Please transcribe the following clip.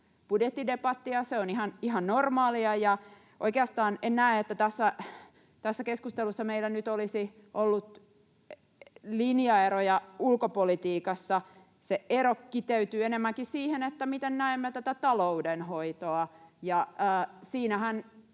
budjettidebattia. Se on ihan normaalia, ja oikeastaan en näe, että tässä keskustelussa meillä nyt olisi ollut linjaeroja ulkopolitiikassa. Se ero kiteytyy enemmänkin siihen, miten näemme tätä talouden hoitoa, ja siinähän